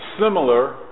similar